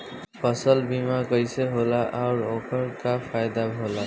फसल बीमा कइसे होखेला आऊर ओकर का फाइदा होखेला?